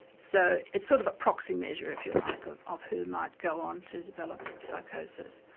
so it's sort of a proxy measure, if you like, of of who might go on to develop psychosis.